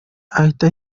ahita